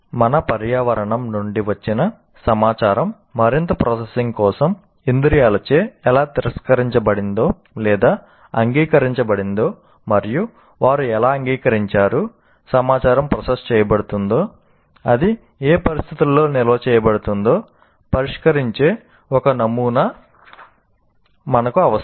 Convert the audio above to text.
మన పర్యావరణం నుండి వచ్చిన సమాచారం మరింత ప్రాసెసింగ్ కోసం ఇంద్రియాలచే ఎలా తిరస్కరించబడిందో లేదా అంగీకరించబడిందో మరియు వారు ఎలా అంగీకరించారు సమాచారం ప్రాసెస్ చేయబడుతుందో అది ఏ పరిస్థితులలో నిల్వ చేయబడుతుందో పరిష్కరించే ఒక నమూనా మనకు అవసరం